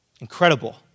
Incredible